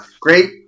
Great